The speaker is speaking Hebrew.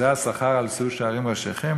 זה השכר על "שאו שערים ראשיכם"?